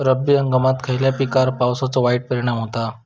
रब्बी हंगामात खयल्या पिकार पावसाचो वाईट परिणाम होता?